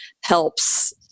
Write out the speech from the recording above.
helps